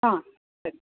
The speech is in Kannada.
ಹಾಂ ಸರಿ